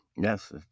Yes